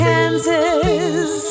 Kansas